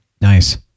Nice